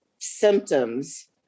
symptoms